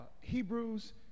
Hebrews